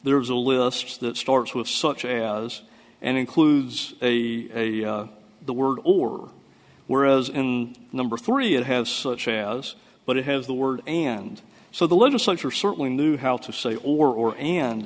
there was a list that starts with such as and includes a the word or were as and number three it has such as but it has the word and so the legislature certainly knew how to say or